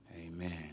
Amen